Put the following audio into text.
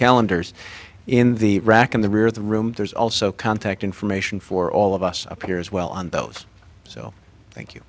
calendars in the rack in the rear of the room there's also contact information for all of us up here as well on those so thank you